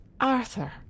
Arthur